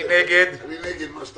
משק המדינה (תיקון מס' 10 והוראת שעה